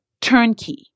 turnkey